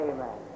Amen